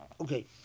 Okay